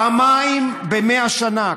פעמיים ב-100 שנה,